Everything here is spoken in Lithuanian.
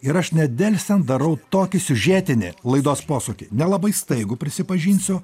ir aš nedelsiant darau tokį siužetinį laidos posūkį nelabai staigų prisipažinsiu